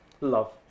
Love